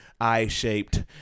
eye-shaped